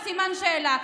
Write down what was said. בסימן שאלה.